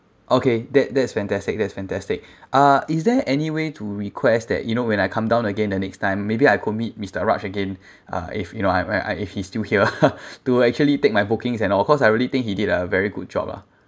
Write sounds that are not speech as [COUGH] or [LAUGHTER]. okay that that's fantastic that's fantastic uh is there any way to request that you know when I come down again the next time maybe I could meet mister raj again uh if you know I I if he's still here [LAUGHS] to actually take my bookings and all cause I really think he did a very good job ah